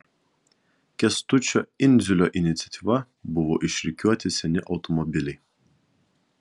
kęstučio indziulo iniciatyva buvo išrikiuoti seni automobiliai